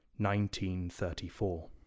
1934